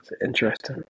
Interesting